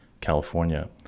California